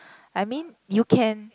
I mean you can